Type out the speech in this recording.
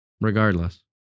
regardless